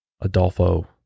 Adolfo